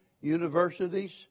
universities